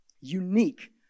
unique